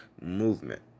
movement